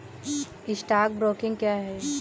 Stock broking क्या है?